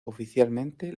oficialmente